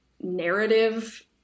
narrative